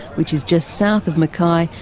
which is just south of mackay,